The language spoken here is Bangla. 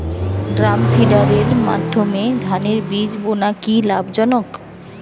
ড্রামসিডারের মাধ্যমে ধানের বীজ বোনা কি লাভজনক?